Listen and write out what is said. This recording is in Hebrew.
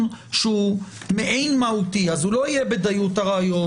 שהוא מעין מהותי אז לא יהיה בדיות הראיות,